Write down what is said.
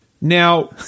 Now